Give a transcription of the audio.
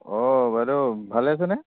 অঁ বাইদেউ ভালে আছেনে